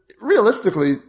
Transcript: realistically